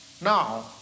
Now